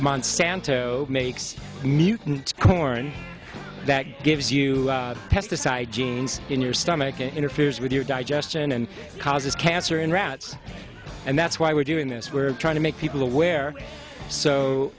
monsanto makes mutant corn that gives you pesticide genes in your stomach it interferes with your digestion and causes cancer in rats and that's why we're doing this we're trying to make people aware so